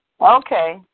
Okay